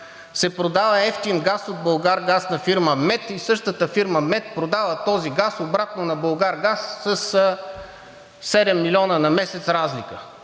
се продава евтин газ от „Булгаргаз“ на фирма МЕД и същата фирма МЕД продава този газ обратно на „Булгаргаз“ със 7 милиона разлика